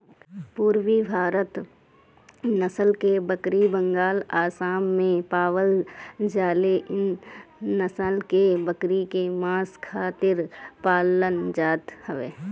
पुरबी भारत नसल के बकरी बंगाल, आसाम में पावल जाले इ नसल के बकरी के मांस खातिर पालल जात हवे